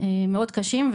מאוד קשים,